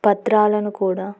పత్రాలను కూడా